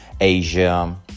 Asia